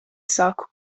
saku